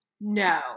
no